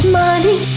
money